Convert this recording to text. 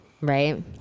Right